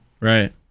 Right